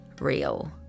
real